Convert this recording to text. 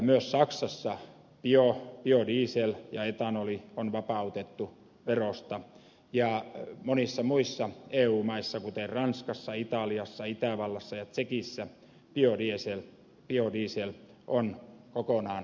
myös saksassa biodiesel ja etanoli on vapautettu verosta ja monissa muissa eu maissa kuten ranskassa italiassa itävallassa ja tsekissä biodiesel on kokonaan valmisteverotonta